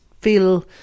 feel